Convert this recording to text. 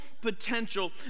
potential